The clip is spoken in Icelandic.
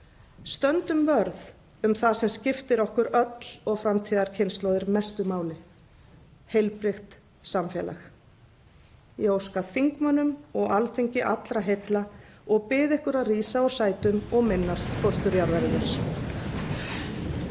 Stöndum vörð um það sem skiptir okkur öll og framtíðarkynslóðir mestu máli — heilbrigt samfélag! Ég óska þingmönnum og Alþingi allra heilla og bið ykkur að rísa úr sætum og minnast fósturjarðarinnar.